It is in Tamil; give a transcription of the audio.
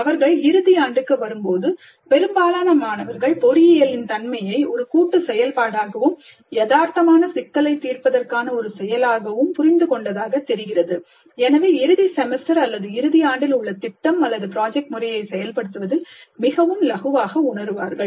அவர்கள் இறுதி ஆண்டுக்கு வரும்போது பெரும்பாலான மாணவர்கள் பொறியியலின் தன்மையை ஒரு கூட்டு செயல்பாடாகவும் யதார்த்தமான சிக்கலைத் தீர்ப்பதற்கான ஒரு செயலாகவும் புரிந்து கொண்டதாகத் தெரிகிறது எனவே இறுதி செமஸ்டர் அல்லது இறுதி ஆண்டில் உள்ள திட்டம் அல்லது பிராஜெக்ட் முறையை செயல்படுத்துவதில் மிகவும் இலகுவாக உணர்வார்கள்